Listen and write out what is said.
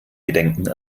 gedenken